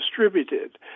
distributed